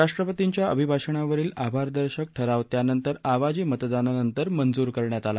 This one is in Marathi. राष्ट्रपतींच्या अभिभाषणावरील आभारदर्शक ठराव त्यानंतर आवाजी मतदानानंतर मंजूर करण्यात आला